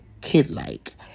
kid-like